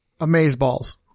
Amazeballs